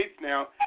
now